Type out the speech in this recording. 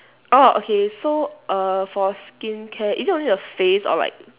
orh okay so err for skincare is it only the face or like